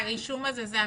מהרישום הזה זה המפוקחים?